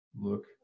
look